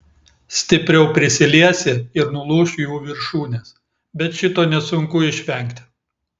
stipriau prisiliesi ir nulūš jų viršūnės bet šito nesunku išvengti